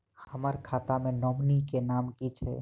हम्मर खाता मे नॉमनी केँ नाम की छैय